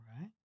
right